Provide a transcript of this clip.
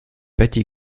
betty